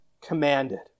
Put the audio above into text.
commanded